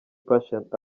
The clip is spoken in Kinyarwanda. patient